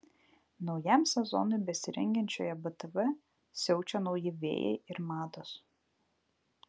naujam sezonui besirengiančioje btv siaučia nauji vėjai ir mados